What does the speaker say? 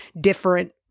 different